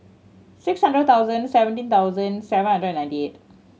six hundred thousand seventeen thousand seven hundred and ninety eight